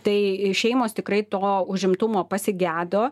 tai šeimos tikrai to užimtumo pasigedo